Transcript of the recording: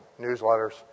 newsletters